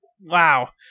Wow